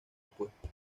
opuesto